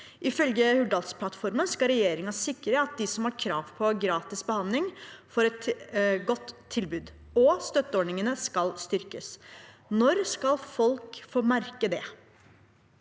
Ifølge Hurdalsplattformen skal regjeringa sikre at de som har krav på gratis behandling, får et godt tilbud, og støtteordningene skal styrkes. Når skal folk få merke det?»